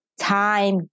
time